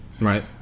right